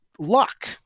Luck